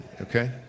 Okay